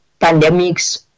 pandemics